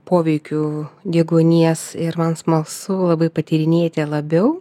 poveikiu deguonies ir man smalsu labai patyrinėti labiau